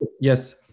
Yes